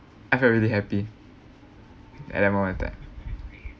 I felt really happy at that moment that